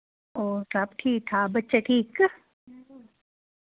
और सब ठीक ठाक बच्चे ठीक